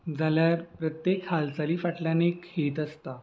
जाल्यार प्रत्येक हालचाली फाटल्यान एक हेत आसता